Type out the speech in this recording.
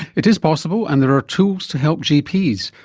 it is possible and there are tools to help gps,